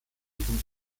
diesem